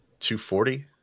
240